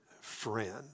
friend